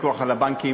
הפיקוח על הבנקים,